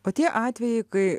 o tie atvejai kai